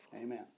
Amen